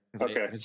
Okay